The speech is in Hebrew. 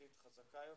קהילתית תחזקה יותר.